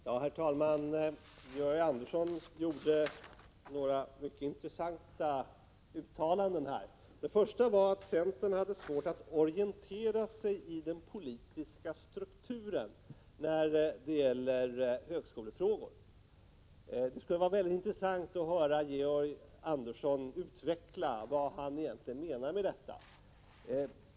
Herr talman! Georg Andersson gjorde några mycket intressanta uttalanden. Det första var att centern hade svårt att orientera sig i den politiska strukturen när det gäller högskolefrågor. Det skulle vara intressant att höra Georg Andersson utveckla vad han egentligen menar med det.